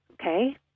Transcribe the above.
Okay